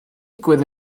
digwydd